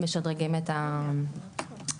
משדרגים את המצב.